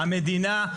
המדינה,